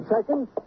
Second